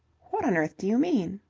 what on earth do you mean?